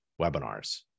webinars